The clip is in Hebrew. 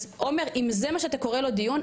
אז עומר אם זה מה שאתה קורה לו דיון,